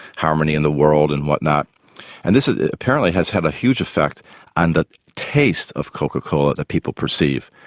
how many in the world and what not and this ah apparently has had a huge effect on the taste of coca cola that people perceive.